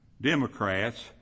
Democrats